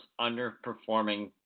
underperforming